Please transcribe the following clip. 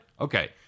Okay